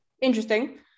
interesting